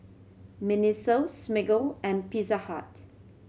MINISO Smiggle and Pizza Hut